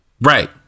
Right